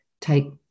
take